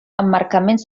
emmarcaments